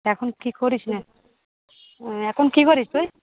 এখন কি করিস না এখন কি করিস তুই